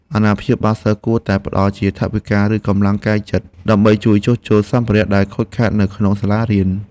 អាណាព្យាបាលសិស្សគួរតែផ្តល់ជាថវិកាឬកម្លាំងកាយចិត្ត ដើម្បីជួយជួសជុលសម្ភារៈដែលខូចខាតនៅក្នុងសាលា។